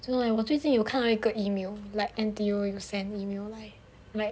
对 leh 我最近有看到一个 email like N_T_U 有 send email like